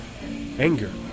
anger